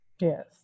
Yes